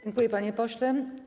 Dziękuję, panie pośle.